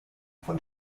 von